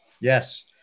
Yes